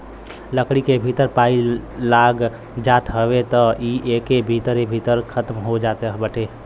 लकड़ी के भीतर पाई लाग जात हवे त इ एके भीतरे भीतर खतम हो जात बाटे